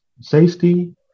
Safety